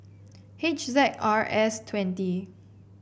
H Z R S twenty